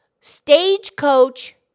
stagecoach